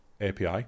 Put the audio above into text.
API